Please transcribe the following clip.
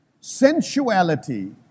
sensuality